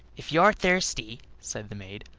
if you're thirsty, said the maid,